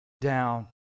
down